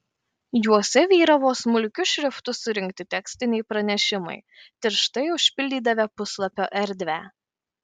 juose vyravo smulkiu šriftu surinkti tekstiniai pranešimai tirštai užpildydavę puslapio erdvę